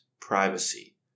privacy